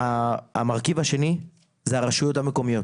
המרכיב השני הוא הרשויות המקומיות.